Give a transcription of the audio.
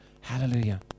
hallelujah